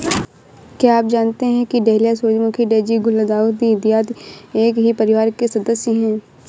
क्या आप जानते हैं कि डहेलिया, सूरजमुखी, डेजी, गुलदाउदी इत्यादि एक ही परिवार के सदस्य हैं